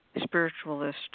spiritualist